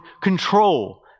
control